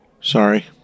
Sorry